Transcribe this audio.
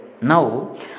Now